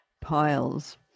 piles